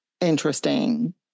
interesting